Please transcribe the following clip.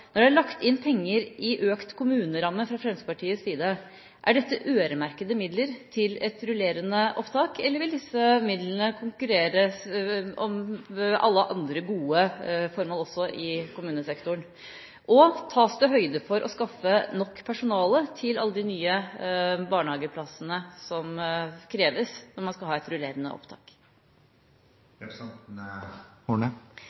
Når det er lagt inn penger til økt kommuneramme fra Fremskrittspartiets side, er dette øremerkede midler til et rullerende opptak, eller vil disse midlene konkurrere med alle andre gode formål også i kommunesektoren? Tas det høyde for å skaffe nok personale til alle de nye barnehageplassene som kreves når man skal ha et rullerende opptak?